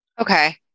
Okay